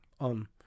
on